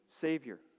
Savior